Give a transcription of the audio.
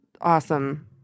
awesome